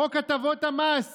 חוק הטבות המס